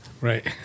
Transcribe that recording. Right